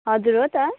हजुर हो त